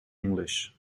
english